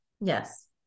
Yes